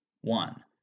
One